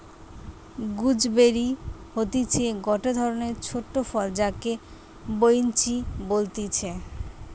gooseberry হতিছে গটে ধরণের ছোট ফল যাকে বৈনচি বলতিছে